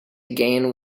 gain